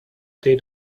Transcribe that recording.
they